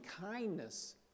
kindness